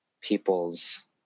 people's